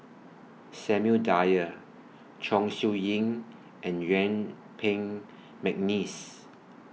Samuel Dyer Chong Siew Ying and Yuen Peng Mcneice